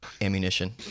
ammunition